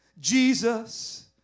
Jesus